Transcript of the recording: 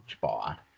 bar